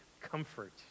comfort